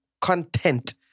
Content